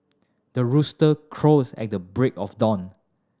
the rooster crows at the break of dawn